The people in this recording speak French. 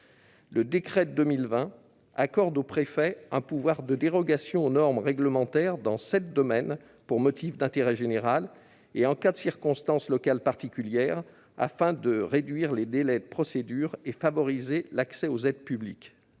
Le décret de 2020 accorde aux préfets un pouvoir de dérogation aux normes réglementaires dans sept domaines pour motif d'intérêt général, et en cas de circonstances locales particulières, afin de réduire les délais de procédure et favoriser l'accès aux aides publiques.